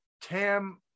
tam